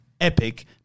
epic